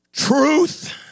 Truth